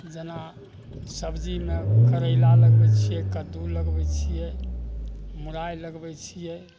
जेना सब्जीमे करैला लगबै छियै कद्दू लगबै छियै मुरइ लगबै छियै